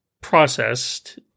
processed